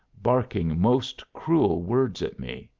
barking most cruel words at me.